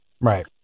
Right